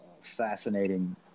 fascinating